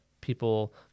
people